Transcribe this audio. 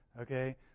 Okay